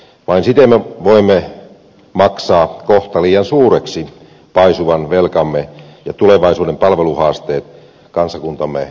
vain siten me voimme maksaa kohta liian suureksi paisuvan velkamme ja tulevaisuuden palveluhaasteet kansakuntamme vanhentuessa